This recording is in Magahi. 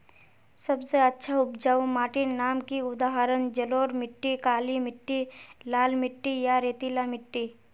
सबसे अच्छा उपजाऊ माटिर नाम की उदाहरण जलोढ़ मिट्टी, काली मिटटी, लाल मिटटी या रेतीला मिट्टी?